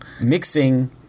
mixing